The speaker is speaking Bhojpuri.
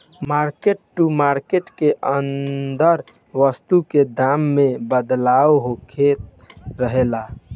मार्क टू मार्केट के अंदर वस्तु के दाम में बदलाव होखत रहेला